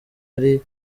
ari